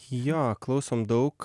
jo klausom daug